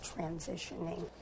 transitioning